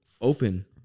open